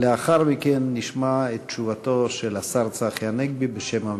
לאחר מכן נשמע את תשובתו של השר צחי הנגבי בשם הממשלה.